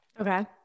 Okay